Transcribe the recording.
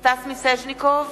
סטס מיסז'ניקוב,